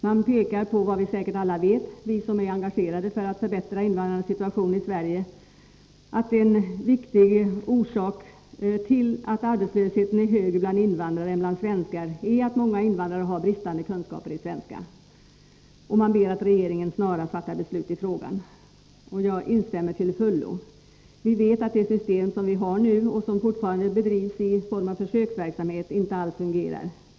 Man pekar på vad säkert alla vi vet som är engagerade för att förbättra invandrarnas situation i Sverige — att en viktig orsak till att arbetslösheten är högre bland invandrare än bland svenskar är att många invandrare har bristande kunskaper i svenska. Man ber att regeringen snarast fattar beslut i frågan. Jag instämmer till fullo. Vi vet att det system som vi nu har — verksamheten bedrivs fortfarande i form av försöksverksamhet — inte alls fungerar.